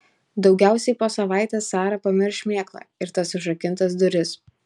daugiausiai po savaitės sara pamirš šmėklą ir tas užrakintas duris